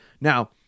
Now